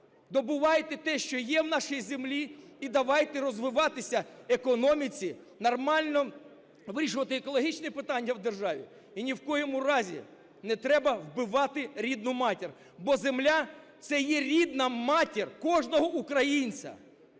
добувайте те, що є в нашій землі і давайте розвиватися економіці, нормально вирішувати екологічні питання в державі. І ні в коєму разі не треба вбивати рідну матір, бо земля – це є рідна мати кожного українця.